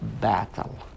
battle